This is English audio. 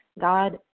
God